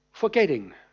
Forgetting